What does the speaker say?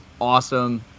awesome